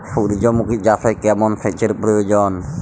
সূর্যমুখি চাষে কেমন সেচের প্রয়োজন?